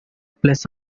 plus